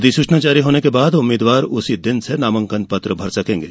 अधिसूचना जारी होने के बाद उम्मीदवार उसी दिन से नामांकन पत्र भर सकेंगे